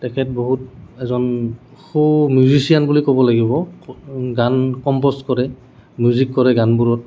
তেখেত বহুত এজন সু মিউজিচিয়ান বুলি ক'ব লাগিব গান কম্প'জ কৰে মিউজিক কৰে গানবোৰত